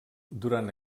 durant